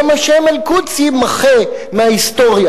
גם השם אל-קודס יימחה מההיסטוריה.